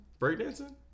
Breakdancing